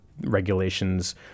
regulations